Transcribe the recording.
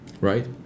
right